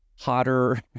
hotter